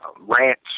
ranch